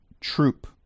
troop